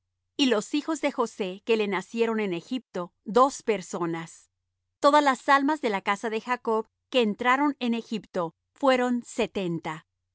y los hijos de josé que le nacieron en egipto dos personas todas las almas de la casa de jacob que entraron en egipto fueron setenta